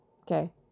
okay